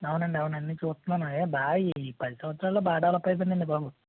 అవునండి అవునండి చూస్తున్నాను అదే ఈ పది సంవత్సరాల్లో బాగా డెవలప్ అయ్యిపోయింది అండి బాబు